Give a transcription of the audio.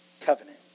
covenant